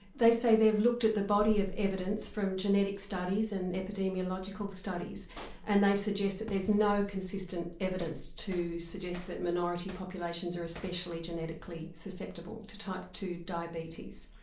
they say they have looked at the body of evidence from genetic studies and epidemiological studies and they suggest that there's no consistent evidence to suggest that minority populations are especially genetically susceptible to type two diabetes.